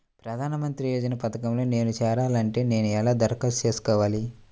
ప్రధాన మంత్రి యోజన పథకంలో నేను చేరాలి అంటే నేను ఎలా దరఖాస్తు చేసుకోవాలి?